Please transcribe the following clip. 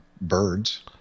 birds